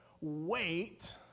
wait